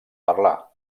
parlar